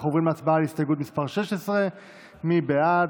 אנחנו עוברים להצבעה על הסתייגות מס' 16. מי בעד?